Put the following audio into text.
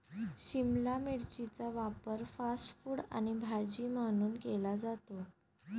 शिमला मिरचीचा वापर fast food आणि भाजी म्हणून केला जातो